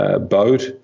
boat